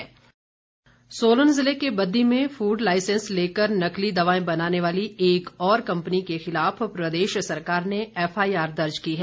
FIR Solan जिले के बद्दी में फूड लाइसेंस लेकर नकली दवाएं बनाने वाली एक और कंपनी के खिलाफ प्रदेश सरकार ने एफआईआर दर्ज की है